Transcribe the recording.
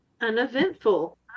Uneventful